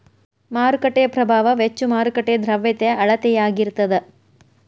ಮಾರುಕಟ್ಟೆ ಪ್ರಭಾವ ವೆಚ್ಚ ಮಾರುಕಟ್ಟೆಯ ದ್ರವ್ಯತೆಯ ಅಳತೆಯಾಗಿರತದ